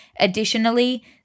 Additionally